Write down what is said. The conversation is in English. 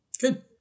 Good